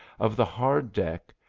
of the hard deck,